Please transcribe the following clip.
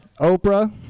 Oprah